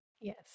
Yes